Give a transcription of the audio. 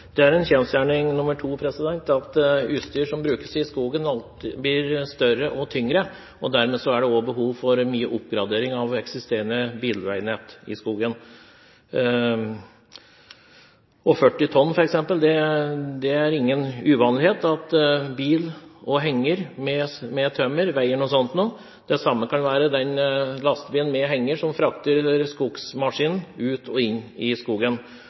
Det er en kjensgjerning – nr. 2 – at utstyr som brukes i skogen, blir større og tyngre. Dermed er det også behov for mye oppgradering av eksisterende bilveinett i skogen. Det er f.eks. ikke uvanlig at bil og henger med tømmer veier 40 tonn. Det samme kan lastebilen med henger som frakter skogsmaskinen inn i og ut av skogen,